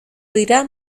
dira